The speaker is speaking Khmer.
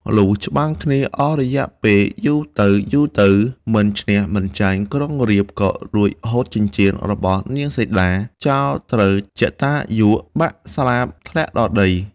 លុះច្បាំងគ្នាអស់រយៈពេលយូរទៅៗមិនឈ្នះ មិនចាញ់ ក្រុងរាពណ៍ក៏លួចហូតចិញ្ចៀនរបស់នាងសីតា ចោលត្រូវជតាយុបាក់ស្លាបធ្លាក់ដល់ ដី។